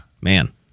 man